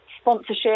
sponsorship